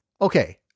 Okay